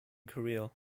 career